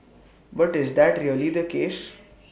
but is that really the case